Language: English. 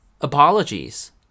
apologies